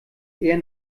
eher